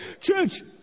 Church